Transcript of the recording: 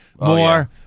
More